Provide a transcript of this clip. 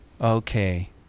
okay